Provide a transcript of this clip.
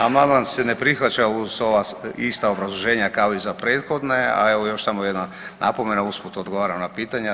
Amandman se ne prihvaća uz ova ista obrazloženja kao i za prethodne, a evo još samo jedna napomena usput odgovaram na pitanja.